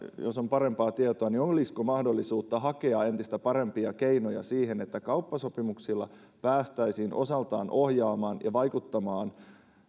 jos on parempaa tietoa mahdollisuutta hakea entistä parempia keinoja siihen että kauppasopimuksilla päästäisiin osaltaan ohjaamaan ja vaikuttamaan